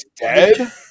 dead